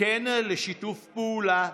כן לשיתוף פעולה,